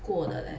过的 leh